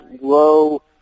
low